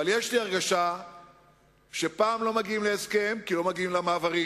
אבל יש לי הרגשה שפעם לא מגיעים להסכם כי לא מגיעים למעברים,